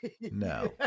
no